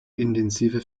intensive